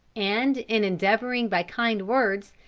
and in endeavouring by kind words,